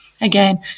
again